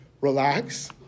relax